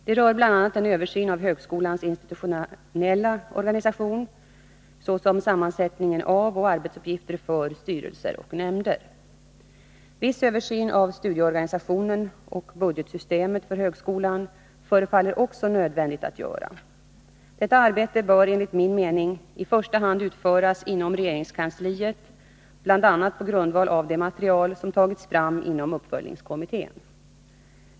Det rör bl.a. en översyn av högskolans institutionella organisation, såsom sammansättningen av och arbetsuppgifter för styrelser och nämnder. Viss översyn av studieorganisationen och budgetsystemet för högskolan förefaller det också nödvändigt att göra. Detta arbete bör enligt min mening i första hand utföras inom regeringskansliet, bl.a. på grundval av det material som tagits fram inom uppföljningskommittén.